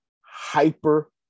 hyper